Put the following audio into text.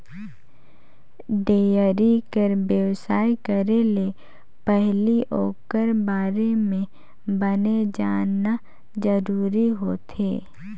dairy कर बेवसाय करे ले पहिली ओखर बारे म बने जानना जरूरी होथे